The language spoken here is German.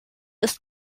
ist